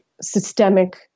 systemic